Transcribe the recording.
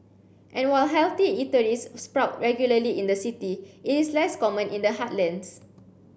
and while healthy eateries sprout regularly in the city it is less common in the heartlands